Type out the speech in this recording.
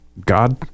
god